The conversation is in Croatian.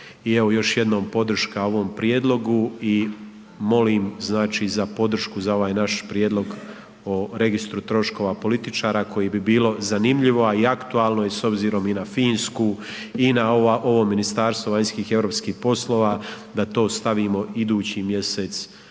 I evo još jednom podrška ovom prijedlogu i molim znači za podršku za ovaj naš prijedlog o registru troškova političara koji bi bilo zanimljivo, a i aktualno je s obzirom i na Finsku i na ovo Ministarstvo vanjskih i europskih poslova da to stavimo idući mjesec